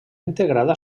integrada